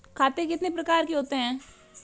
खाते कितने प्रकार के होते हैं?